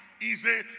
easy